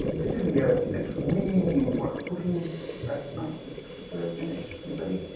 this is the other thing that's really important. who can recognize this particular image, anybody?